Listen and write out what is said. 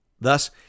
Thus